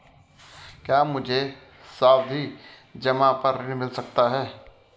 क्या मुझे सावधि जमा पर ऋण मिल सकता है?